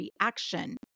reaction